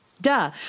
Duh